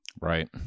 Right